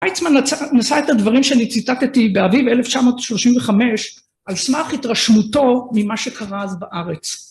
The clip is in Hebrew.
וייצמן נשא את הדברים שאני ציטטתי באביב 1935, על סמך התרשמותו ממה שקרה אז בארץ.